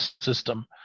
system